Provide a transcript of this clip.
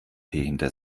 hinter